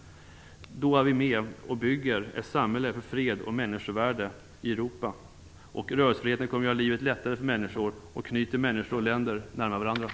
Då är vi med och bygger ett samhälle för fred och människovärde i Europa. Och rörelsefriheten kommer att göra livet lättare för människor och att knyta människor och länder närmare till varandra.